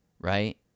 right